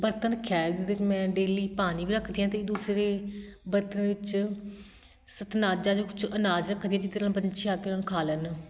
ਬਰਤਨ ਰੱਖਿਆ ਹੈ ਜਿਹਦੇ 'ਚ ਮੈਂ ਡੇਲੀ ਪਾਣੀ ਵੀ ਰੱਖਦੀ ਹਾਂ ਅਤੇ ਦੂਸਰੇ ਬਰਤਨ ਵਿੱਚ ਸਤਨਾਜਾ ਜੋ ਚ ਅਨਾਜ ਰੱਖਦੀ ਹਾਂ ਜਿਹਦੇ ਨਾਲ਼ ਪੰਛੀ ਆ ਕੇ ਉਹਨਾਂ ਨੂੰ ਖਾ ਲੈਣ